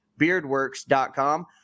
beardworks.com